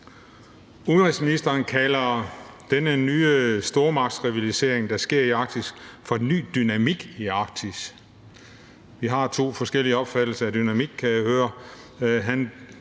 Udenrigsministeren kalder denne nye stormagtsrivalisering, der sker i Arktis, for ny dynamik i Arktis. Vi har to forskellige opfattelser af ordet dynamik, kan jeg høre.